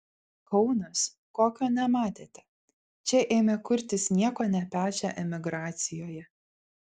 kaunas kokio nematėte čia ėmė kurtis nieko nepešę emigracijoje